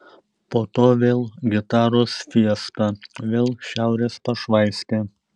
po to vėl gitaros fiesta vėl šiaurės pašvaistė